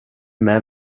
med